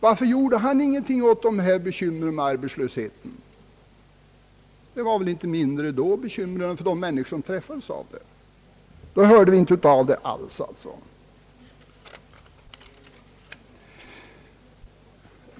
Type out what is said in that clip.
Varför gjorde han inte någonting åt bekymren med arbetslösheten? Bekymren var väl då inte mindre för de människor som berördes av arbetslöshet? Men då hörde vi ingenting om dessa problem.